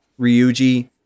ryuji